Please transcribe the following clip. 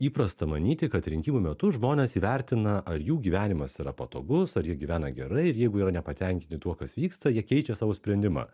įprasta manyti kad rinkimų metu žmonės įvertina ar jų gyvenimas yra patogus ar jie gyvena gerai ir jeigu yra nepatenkinti tuo kas vyksta jie keičia savo sprendimą